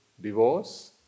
divorce